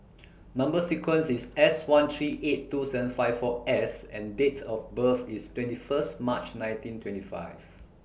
Number sequence IS S one three eight two seven five four S and Date of birth IS twenty First March nineteen twenty five